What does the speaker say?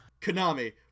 Konami